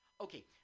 Okay